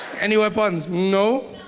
any weapons? no.